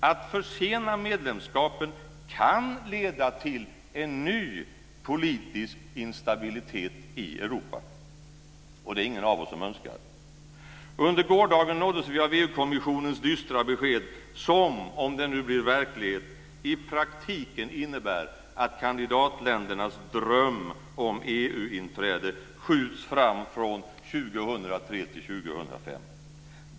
Att försena medlemskapen kan leda till en ny politisk instabilitet i Europa, och det önskar ingen av oss. Under gårdagen nåddes vi av EU-kommissionens dystra besked som, om det nu blir verklighet, i praktiken innebär att kandidatländernas dröm om EU inträde skjuts fram från år 2003 till år 2005.